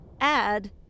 add